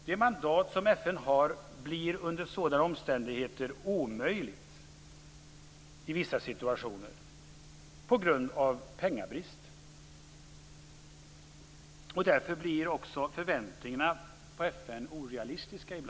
Det mandat som FN har blir under sådana omständigheter omöjligt på grund av pengabrist. Därför blir också förväntningarna på FN ibland orealistiska.